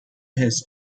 his